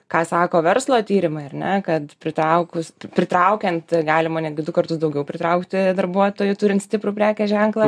ką sako verslo tyrimai ar ne kad pritraukus pritraukiant galima netgi du kartus daugiau pritraukti darbuotojų turint stiprų prekės ženklą